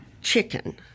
chicken